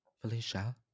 felicia